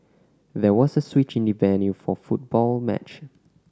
there was a switch in the venue for football match